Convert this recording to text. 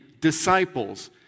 disciples